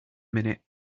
minute